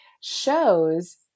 shows